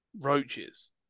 roaches